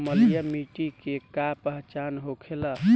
अम्लीय मिट्टी के का पहचान होखेला?